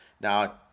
now